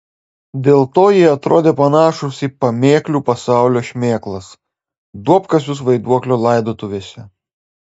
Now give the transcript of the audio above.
dėl to jie atrodė panašūs į pamėklių pasaulio šmėklas duobkasius vaiduoklio laidotuvėse